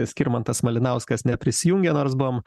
skirmantas malinauskas neprisijungė nors buvom